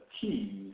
keys